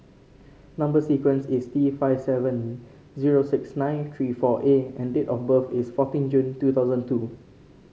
number sequence is T five seven zero six nine three four A and date of birth is fourteen June two thousand two